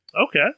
Okay